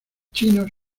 chinos